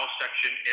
section